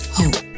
hope